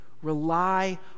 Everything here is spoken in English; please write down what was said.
Rely